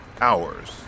hours